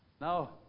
Now